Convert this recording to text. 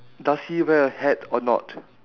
does he wear a hat or not